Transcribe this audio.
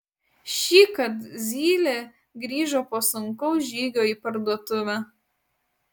šįkart zylė grįžo po sunkaus žygio į parduotuvę